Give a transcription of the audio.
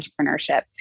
entrepreneurship